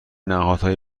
نهادهای